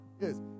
Yes